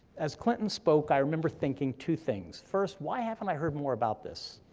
as clinton spoke i remember thinking two things first, why haven't i heard more about this?